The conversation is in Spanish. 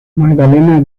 magdalena